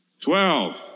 Twelve